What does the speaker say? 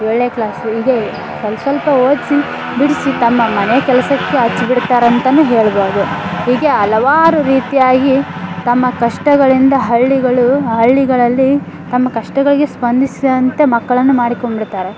ಏಳನೇ ಕ್ಲಾಸು ಹೀಗೇ ಸ್ವಲ್ಪ ಸ್ವಲ್ಪ ಓದಿಸಿ ಬಿಡಿಸಿ ತಮ್ಮ ಮನೆ ಕೆಲಸಕ್ಕೆ ಹಚ್ಚಿ ಬಿಡ್ತಾರಂತಲೇ ಹೇಳ್ಬೋದು ಹೀಗೆ ಹಲವಾರು ರೀತಿಯಾಗಿ ತಮ್ಮ ಕಷ್ಟಗಳಿಂದ ಹಳ್ಳಿಗಳು ಹಳ್ಳಿಗಳಲ್ಲಿ ತಮ್ಮ ಕಷ್ಟಗಳಿಗೆ ಸ್ಪಂದಿಸಿದಂತೆ ಮಕ್ಕಳನ್ನು ಮಾಡಿಕೊಂಡ್ಬಿಡ್ತಾರೆ